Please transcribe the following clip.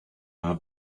have